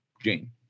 Jane